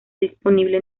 disponible